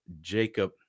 Jacob